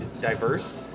diverse